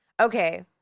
Okay